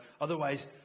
Otherwise